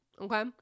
Okay